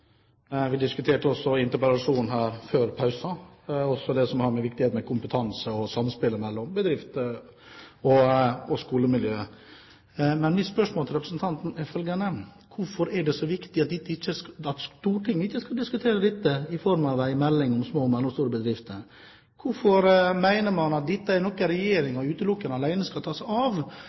Jeg kan stille meg bak så å si alt som representanten Holmelid sa. Vi diskuterte en interpellasjon her før pausen om det som har med viktigheten av kompetanse og samspill mellom bedrifter og skolemiljø å gjøre. Mine spørsmål til representanten er følgende: Hvorfor er det så viktig at Stortinget ikke skal diskutere dette på bakgrunn av en melding om små og mellomstore bedrifter? Hvorfor mener man at dette er noe regjeringen utelukkende alene skal ta seg av, og